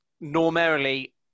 normally